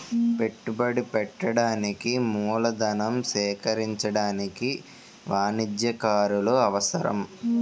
పెట్టుబడి పెట్టడానికి మూలధనం సేకరించడానికి వాణిజ్యకారులు అవసరం